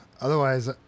otherwise